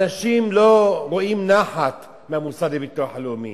אנשים לא רואים נחת מהמוסד לביטוח לאומי,